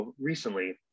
recently